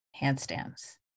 handstands